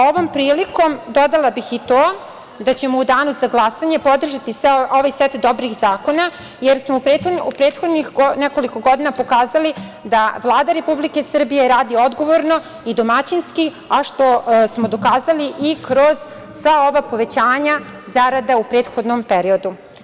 Ovom prilikom dodala bih i to da ćemo u danu za glasanje podržati ovaj set dobrih zakona, jer smo u prethodnih nekoliko godina pokazali da Vlada Republike Srbije radi odgovorno i domaćinski, a što smo dokazali i kroz sva ova povećanja zarada u prethodnom periodu.